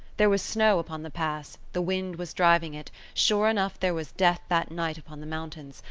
there was snow upon the pass, the wind was driving it sure enough there was death that night upon the mountains,